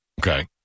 Okay